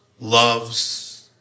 loves